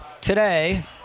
today